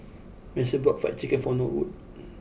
Mason bought fried chicken for Norwood